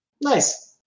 Nice